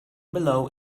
below